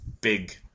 big